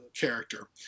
character